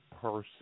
person